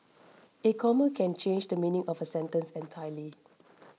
a comma can change the meaning of a sentence entirely